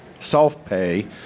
self-pay